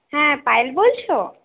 হ্যাঁ পায়েল বলছো